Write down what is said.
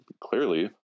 Clearly